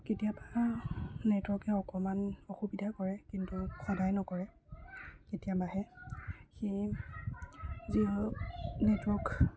কেতিয়াবা নেটৱৰ্কে অকণমান অসুবিধা কৰে কিন্তু সদায় নকৰে কেতিয়াবাহে সেই যি নেটৱৰ্ক